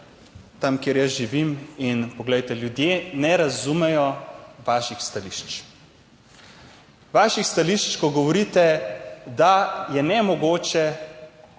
tam, kjer jaz živim. Ljudje ne razumejo vaših stališč, vaših stališč, ko govorite, da je nemogoče